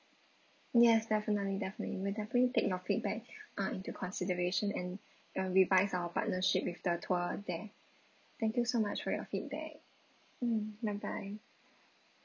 yes definitely definitely we'll definitely take your feedback uh into consideration and um revise our partnership with the tour there thank you so much for your feedback mm bye bye